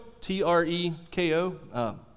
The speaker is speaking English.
T-R-E-K-O